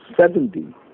seventy